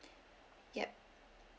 yup